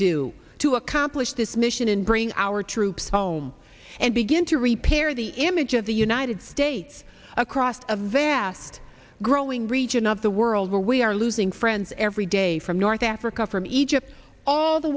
do to accomplish this mission and bring our troops home and begin to repair the image of the united states across a vast growing region of the world where we are losing friends every day from north africa from egypt all the